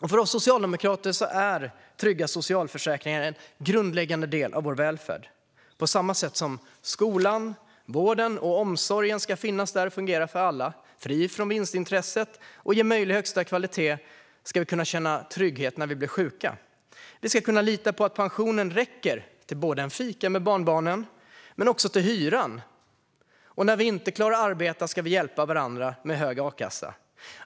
För oss socialdemokrater är trygga socialförsäkringar en grundläggande del av välfärden. På samma sätt som skolan, vården och omsorgen ska finnas där och fungera för alla, vara fri från vinstintresse och ge högsta möjliga kvalitet ska man känna trygghet när man blir sjuk. Man ska kunna lita på att pensionen räcker både till en fika med barnbarnen och till hyran - och när man inte klarar att arbeta ska vi hjälpa varandra med en hög a-kassa.